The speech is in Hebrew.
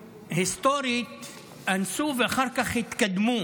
שהיסטורית אנסו ואחר כך התקדמו,